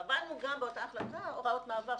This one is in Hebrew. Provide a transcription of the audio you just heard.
קבענו גם באותה החלטה הוראות מעבר,